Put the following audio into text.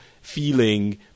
Feeling